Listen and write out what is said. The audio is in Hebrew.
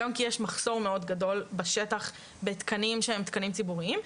גם כי יש מחסור מאוד גדול בשטח בתקנים שהם תקינים ציבוריים,